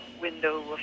window